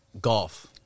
Golf